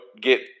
get